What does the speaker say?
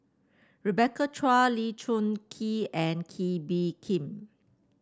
Rebecca Chua Lee Choon Kee and Kee Bee Khim